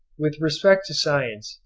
with respect to science,